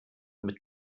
mit